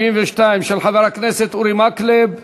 172 של חבר הכנסת אורי מקלב בנושא: